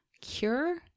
cure